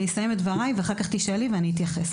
אני אסים את דבריי ואחר כך תשאלי ואני אתייחס.